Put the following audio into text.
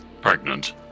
pregnant